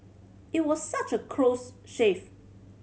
it was such a close shave